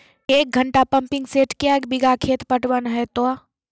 एक घंटा pumping set क्या बीघा खेत पटवन है तो?